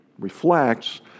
reflects